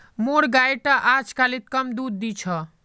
मोर गाय टा अजकालित कम दूध दी छ